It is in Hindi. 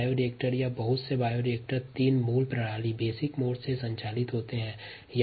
बायोरिएक्टर तीन आधारभूत प्रणाली से संचालित किया जा सकता है